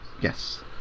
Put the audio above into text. Yes